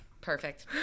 Perfect